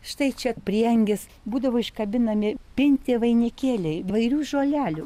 štai čia prieangis būdavo iškabinami pinti vainikėliai įvairių žolelių